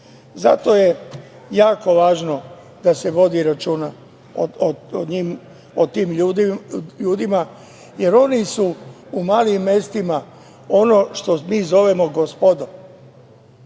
Zato je jako važno da se vodi računa o tim ljudima, jer oni su u malim mestima ono što mi zovemo gospodom.